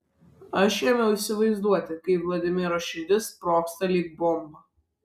aš jau ėmiau įsivaizduoti kaip vladimiro širdis sprogsta lyg bomba